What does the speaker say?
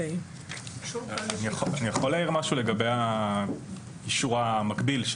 אני יכול להעיר משהו לגבי האישור המקביל,